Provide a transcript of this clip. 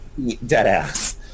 Deadass